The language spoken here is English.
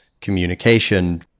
communication